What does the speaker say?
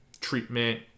treatment